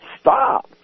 stop